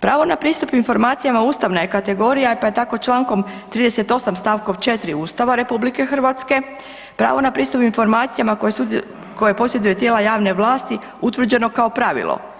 Pravo na pristup informacijama ustavna je kategorija pa je tako čl. 38. st. 4 Ustava RH pravo na pristup informacijama koje posjeduju tijela javne vlasti utvrđeno kao pravilo.